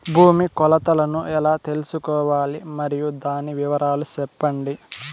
భూమి కొలతలను ఎలా తెల్సుకోవాలి? మరియు దాని వివరాలు సెప్పండి?